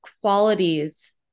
qualities